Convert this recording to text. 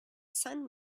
sun